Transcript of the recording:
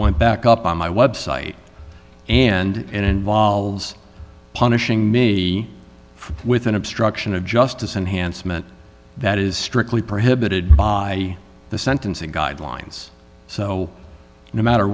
went back up on my website and it involves punishing me for with an obstruction of justice enhanced meant that is strictly prohibited by the sentencing guidelines so no matter